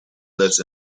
less